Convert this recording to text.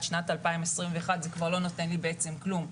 שנת 2021 זה כבר לא נותן לי בעצם כלום.